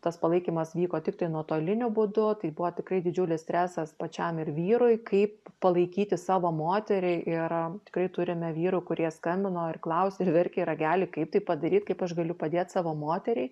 tas palaikymas vyko tiktai nuotoliniu būdu tai buvo tikrai didžiulis stresas pačiam ir vyrui kaip palaikyti savo moterį ir tikrai turime vyrų kurie skambino ir klausė ir verkė į ragelį kaip tai padaryt kaip aš galiu padėt savo moteriai